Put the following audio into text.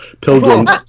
pilgrims